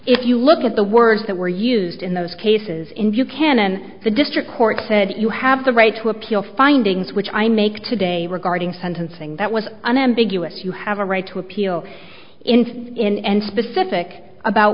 if you look at the words that were used in those cases in view canon the district court said you have the right to appeal findings which i make today regarding sentencing that was unambiguous you have a right to appeal in in and specific about